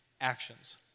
Actions